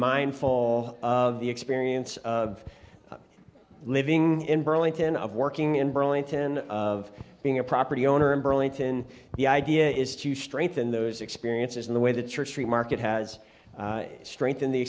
mindful of the experience of living in burlington of working in burlington of being a property owner in burlington the idea is to straighten those experiences in the way the treasury market has strengthen the